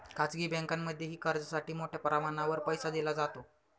खाजगी बँकांमध्येही कर्जासाठी मोठ्या प्रमाणावर पैसा दिला जातो